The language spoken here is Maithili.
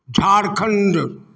झारखण्ड